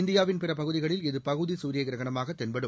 இந்தியாவின் பிற பகுதிகளில் இது பகுதி சூரிய கிரகணமாக தென்படும்